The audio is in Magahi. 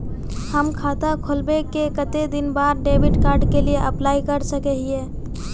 हम खाता खोलबे के कते दिन बाद डेबिड कार्ड के लिए अप्लाई कर सके हिये?